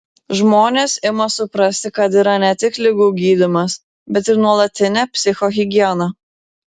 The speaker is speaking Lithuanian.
žmonės ima suprasti kad yra ne tik ligų gydymas bet ir nuolatinė psichohigiena